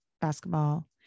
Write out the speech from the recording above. basketball